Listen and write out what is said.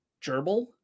gerbil